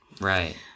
Right